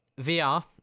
VR